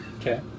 Okay